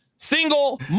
Single